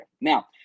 now